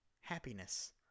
happiness